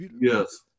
Yes